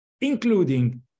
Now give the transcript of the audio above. including